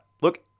Look